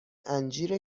انجیر